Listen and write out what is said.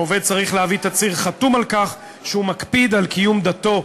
העובד צריך להביא תצהיר חתום על כך שהוא מקפיד על קיום דתו,